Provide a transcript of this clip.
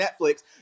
Netflix